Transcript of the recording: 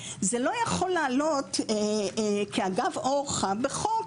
זה לא יכול לעלות כאגב אורחא בחוק